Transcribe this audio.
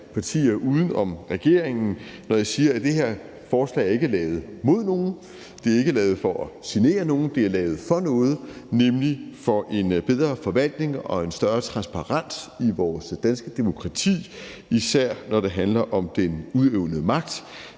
uden om regeringen, når jeg siger, at det her forslag ikke er lavet mod nogen, og at det ikke er lavet for at genere nogen. Det er lavet for noget, nemlig for at få en bedre forvaltning og en større transparens i vores demokrati, især når det handler om den udøvende magt.